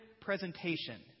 presentation